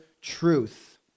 truth